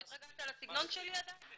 לא התרגלת לסגנון שלי עדיין?